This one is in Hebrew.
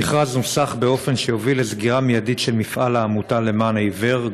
המכרז נוסח באופן שיוביל לסגירה מיידית של מפעל "האגודה למען העיוור",